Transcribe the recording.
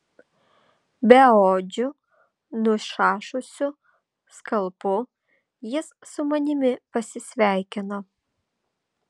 beodžiu nušašusiu skalpu jis su manimi pasisveikino